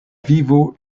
vivo